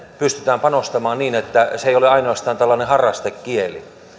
pystytään panostamaan niin että se ei ole ainoastaan harrastekieli